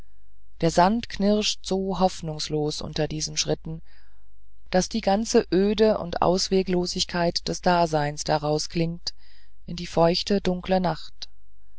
der sand knirscht so hoffnungslos unter diesen schritten daß die ganze öde und ausweglosigkeit des daseins daraus klingt in die feuchte dunkle nacht